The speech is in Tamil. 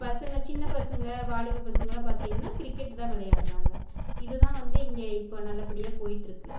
பசங்கள் சின்ன பசங்கள் வாலிப பசங்கள்லாம் பார்த்திங்கனா கிரிக்கெட்டு தான் விளையாடுறாங்க இதுதான் வந்து இங்கே இப்போ நல்லபடியாக போயிட்டுருக்கு